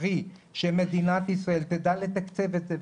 קרי שמדינת ישראל תדע לתקצב את זה.